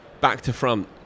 back-to-front